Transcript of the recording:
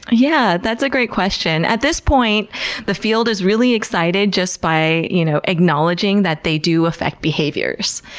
yeah that's a great question. at this point the field is really excited just by you know acknowledging that they do affect behaviors.